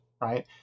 right